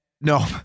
No